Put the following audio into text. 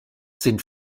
sind